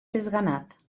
desganat